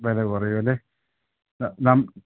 വില കുറയും അല്ലെ